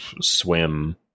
swim